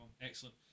excellent